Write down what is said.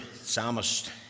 Psalmist